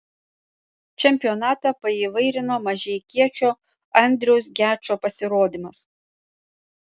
čempionatą paįvairino mažeikiečio andriaus gečo pasirodymas